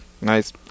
nice